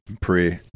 pre